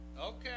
okay